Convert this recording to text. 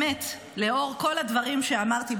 לאור כל הדברים שאמרתי,